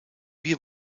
wir